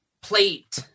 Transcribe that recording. Plate